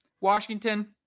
Washington